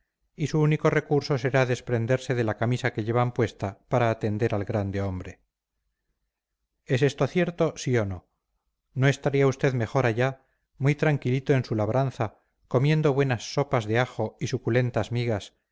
y su único recurso será desprenderse de la camisa que llevan puesta para atender al grande hombre es esto cierto sí o no no estaría usted mejor allá muy tranquilito en su labranza comiendo buenas sopas de ajo y suculentas migas